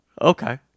Okay